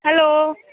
hello